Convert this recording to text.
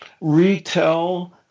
retell